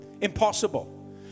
impossible